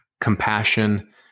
compassion